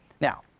Now